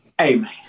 Amen